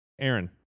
Aaron